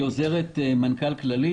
שהיא עוזרת מנכ"ל כללית,